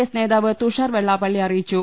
S നേതാവ് തുഷാർ വെള്ളാപ്പള്ളി അറിയിച്ചു